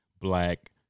black